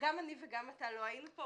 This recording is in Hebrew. גם אני וגם אתה לא היינו פה,